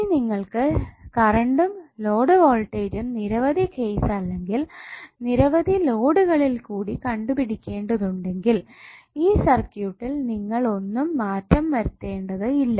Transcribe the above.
ഇനി നിങ്ങൾക്ക് കറണ്ടും ലോഡ് വോൾടേജ്ജും നിരവധി കേസ് അല്ലെങ്കിൽ നിരവധി ലോഡുകളിൽ കൂടി കണ്ടുപിടിക്കേണ്ടത് ഉണ്ടെങ്കിൽ ഈ സർക്യൂട്ടിൽ നിങ്ങൾ ഒന്നും മാറ്റം വരുത്തേണ്ടത് ഇല്ല